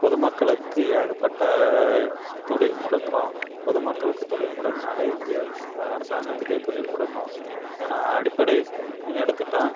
பொதுமக்களுக்கு ஏகப்பட்ட தொழில் முடக்கம் பொதுமக்களுக்கு தொழில் முடங்கினாலே இந்தியா அரசாங்கத்துக்கே தொழில் முடங்கும் ஏன்னால் அடிப்படைனு எடுத்துகிட்டா